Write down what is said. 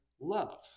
love